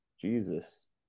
Jesus